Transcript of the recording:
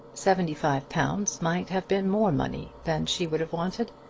seventy-five pounds might have been more money than she would have wanted,